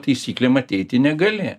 taisyklėm ateiti negali